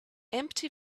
empty